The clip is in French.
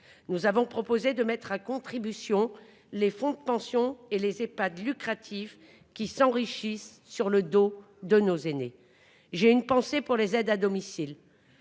leur dos ? Mettons plutôt à contribution les fonds de pension et les Ehpad lucratifs, qui s'enrichissent sur le dos de nos aînés. J'ai une pensée pour les aides à domicile-